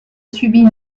subi